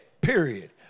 period